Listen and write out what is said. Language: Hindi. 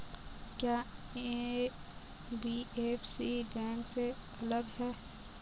क्या एन.बी.एफ.सी बैंक से अलग है?